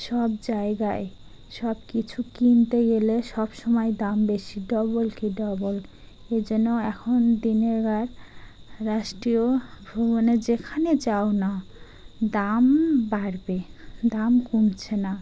সব জায়গায় সব কিছু কিনতে গেলে সব সময় দাম বেশি ডবল কি ডবল এ জন্যে এখনকার দিনে আর রাষ্ট্রীয় ভ্রমণে যেখানে যাও না দাম বাড়বে দাম কমছে না